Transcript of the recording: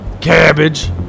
Cabbage